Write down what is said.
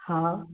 हाँ